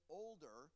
older